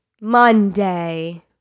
monday